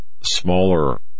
smaller